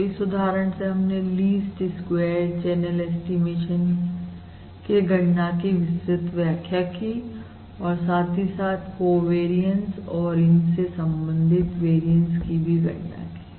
तो इस उदाहरण से हमने लीस्ट स्क्वेयर चैनल ऐस्टीमेशन के गणना की विस्तृत व्याख्या की और साथ ही साथ कोवेरियंस और इनसे संबंधित वेरियंस की भी गणना की